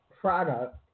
product